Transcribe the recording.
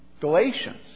Galatians